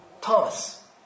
Thomas